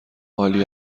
عالی